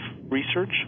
research